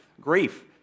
grief